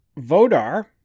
Vodar